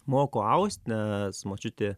moko aust nes močiutė